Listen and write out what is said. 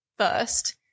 first